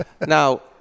Now-